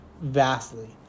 vastly